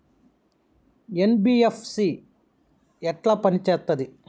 NBFC ఎట్ల పని చేత్తది?